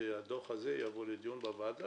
הדוח הזה יבוא לדיון בוועדה,